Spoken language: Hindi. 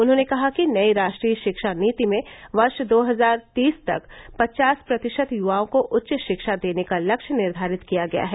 उन्होंने कहा कि नयी राष्ट्रीय शिक्षा नीति में वर्ष दो हजार तीस तक पचास प्रतिशत य्वाओं को उच्च शिक्षा देने का लक्ष्य निर्धारित किया गया है